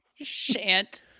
Shant